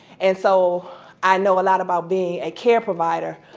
and so i know a lot about being a care provider.